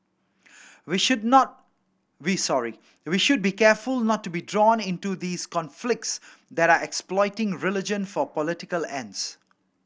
we should not we sorry we should be careful not to be drawn into these conflicts that are exploiting religion for political ends